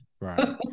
Right